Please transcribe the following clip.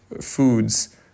foods